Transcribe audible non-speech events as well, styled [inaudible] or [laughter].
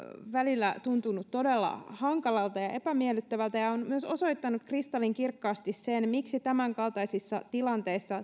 välillä tuntunut todella hankalalta ja epämiellyttävältä ja on myös osoittanut kristallinkirkkaasti sen miksi tämän kaltaisissa tilanteissa [unintelligible]